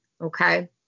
Okay